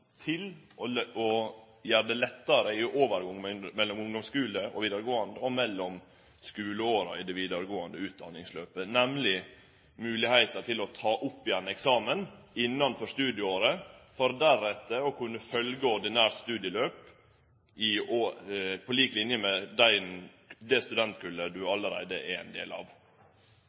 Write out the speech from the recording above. til å gjere det lettare i overgangen mellom ungdomssskule og vidaregåande og mellom skuleåra i det vidaregåande utdanningsløpet, nemleg moglegheita til å ta opp igjen eksamen innanfor studieåret for deretter å kunne følgje ordinært studieløp på lik linje med det studentkullet du allereie er ein del av.